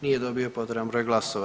Nije dobio potreban broj glasova.